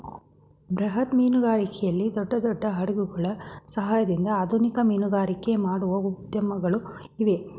ಬೃಹತ್ ಮೀನುಗಾರಿಕೆಯಲ್ಲಿ ದೊಡ್ಡ ದೊಡ್ಡ ಹಡಗುಗಳ ಸಹಾಯದಿಂದ ಆಧುನಿಕ ಮೀನುಗಾರಿಕೆ ಮಾಡುವ ಉದ್ಯಮಗಳು ಇವೆ